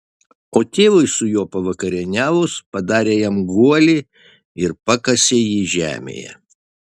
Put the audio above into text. o tėvui su juo pavakarieniavus padarė jam guolį ir pakasė jį žemėje